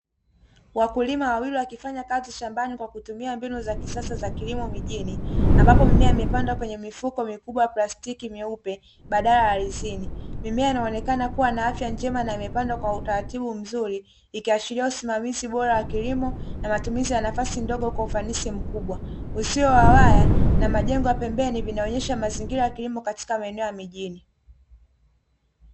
Wakulima wawili wakifanya kazi shambani kwa kutumia mbinu za kisasa za kilimo mijini, ambapo mimea imepandwa kwenye mifuko mikubwa ya plastiki myeupe badala ya ardhini. Mimea inaonekana kuwa na afya njema na imepandwa kwa utaratibu mzuri ikiashiria usimamizi bora wa kilimo na matumizi ya nafasi ndogo kwa ufanisi mkubwa. Uzio wa waya na majengo ya pembeni vinaonyesha mazingira ya kilimo katika maeneo ya mijini.